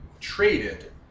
traded